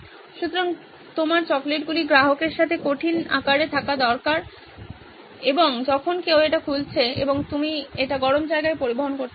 সুতরাং আপনার চকলেটগুলি গ্রাহকের সাথে কঠিন আকারে থাকা দরকার যখন কেউ এটি খুলছে এবং আপনি এটি গরম জায়গায় পরিবহন করতে চান